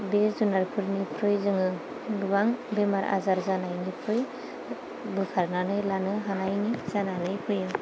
बे जुनारफोरनिफ्राय जोङो गोबां बेमार आजार जानायनिफ्राय बोखारनानै लानो हानायनि जानानै फैयो